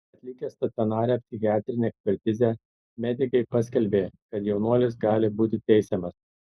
atlikę stacionarią psichiatrinę ekspertizę medikai paskelbė kad jaunuolis gali būti teisiamas